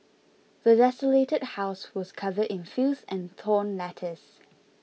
the desolated house was covered in filth and torn letters